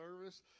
service